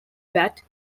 bat